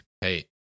Hey